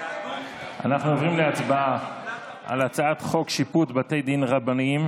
אנחנו עוברים להצבעה על הצעת חוק שיפוט בתי דין רבניים